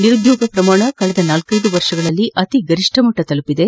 ನಿರುದ್ಯೋಗ ಪ್ರಮಾಣ ಕಳೆದ ನಾಲ್ಕೈದು ವರ್ಷಗಳಲ್ಲಿ ಅತಿ ಗರಿಷ್ಠ ಮಟ್ಟ ತಲುಪಿದೆ